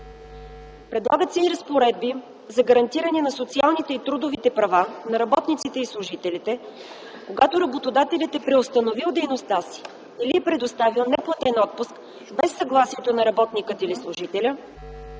Предлагат се и разпоредби за гарантиране на социалните и трудовите права на работниците и служителите когато работодателят е преустановил дейността си или е предоставил неплатен отпуск без съгласието на работника или служителя,